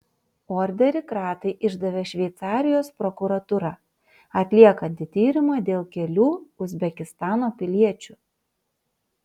orderį kratai išdavė šveicarijos prokuratūra atliekanti tyrimą dėl kelių uzbekistano piliečių